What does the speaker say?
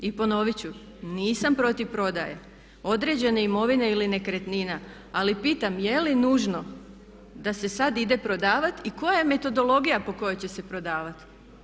I ponovit ću nisam protiv prodaje određene imovine ili nekretnina ali pitam je li nužno da se sad ide prodavati i koja je metodologija po kojoj će se prodavati.